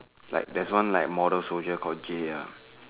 like there's one like model soldier called J ah